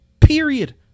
Period